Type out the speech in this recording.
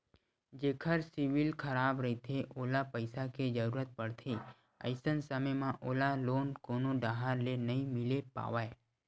जेखर सिविल खराब रहिथे ओला पइसा के जरूरत परथे, अइसन समे म ओला लोन कोनो डाहर ले नइ मिले पावय